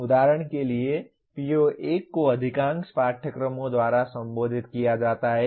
उदाहरण के लिए PO1 को अधिकांश पाठ्यक्रमों द्वारा संबोधित किया जाता है